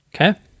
Okay